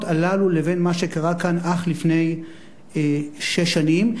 האלה לבין מה שקרה כאן אך לפני שש שנים.